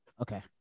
Okay